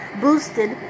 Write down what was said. boosted